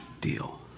deal